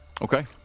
Okay